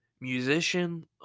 musician